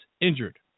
injured